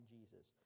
Jesus